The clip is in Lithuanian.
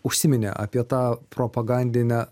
užsiminė apie tą propagandinę